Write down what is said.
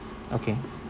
okay